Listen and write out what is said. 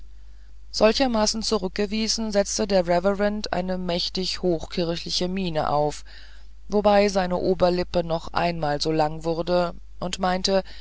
solchermaßen zurückgewiesen setzte der reverend eine mächtig hochkirchliche miene auf wobei seine oberlippe noch einmal so lang wurde und meinte